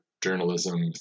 journalism